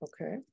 Okay